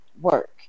work